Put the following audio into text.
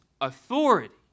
authority